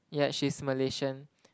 yeah she's Malaysian